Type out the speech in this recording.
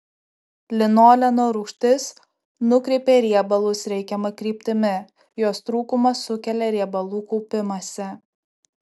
linoleno rūgštis nukreipia riebalus reikiama kryptimi jos trūkumas sukelia riebalų kaupimąsi